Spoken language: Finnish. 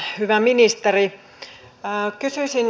hyvä ministeri kysyisin